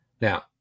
Now